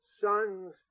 sons